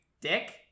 dick